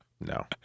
No